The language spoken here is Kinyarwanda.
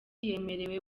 yemerewe